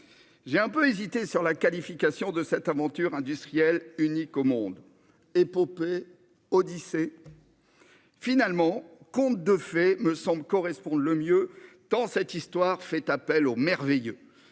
J'ai un peu hésité sur la qualification de cette aventure industrielle unique au monde :« épopée »,« odyssée »?... Finalement, « conte de fées » me semble convenir le mieux, tant cette histoire fait appel au merveilleux